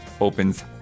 opens